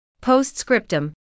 Postscriptum